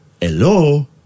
Hello